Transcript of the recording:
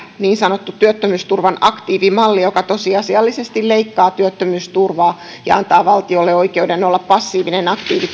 niin sanottu työttömyysturvan aktiivimalli joka tosiasiallisesti leikkaa työttömyysturvaa ja antaa valtiolle oikeuden olla passiivinen aktiivitoimien